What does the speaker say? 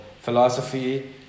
philosophy